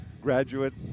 graduate